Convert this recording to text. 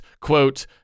quote